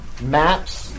maps